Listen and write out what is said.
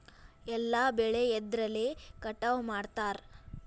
ಎಲ್ಲ ಬೆಳೆ ಎದ್ರಲೆ ಕಟಾವು ಮಾಡ್ತಾರ್?